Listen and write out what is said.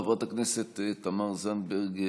חברת הכנסת תמר זנדברג,